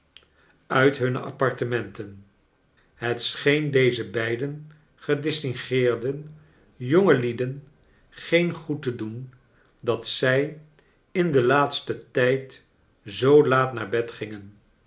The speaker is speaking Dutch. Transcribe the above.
uit hunne appartementen het scheen dezen beiden geciistingeerden jongelieden geen goed te doen dat zij in den laatsten tijd zoo laat naar bed gingen